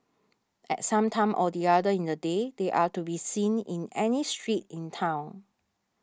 at some time or the other in the day they are to be seen in any street in town